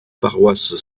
paroisse